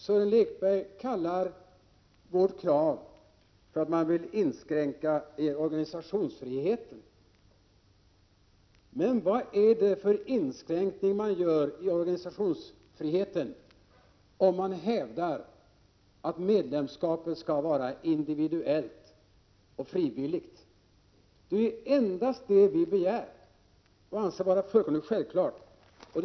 Sören Lekberg menar att vårt krav innebär att organisationsfriheten inskränks. Men vad är det som säger att man vill inskränka organisationsfriheten, när man hävdar att medlemskapet skall vara individuellt och frivilligt? Det är ju det enda vi begär. För oss framstår det som fullkomligt självklart.